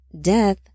Death